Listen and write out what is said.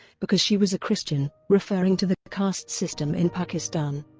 because she was a christian, referring to the caste system in pakistan.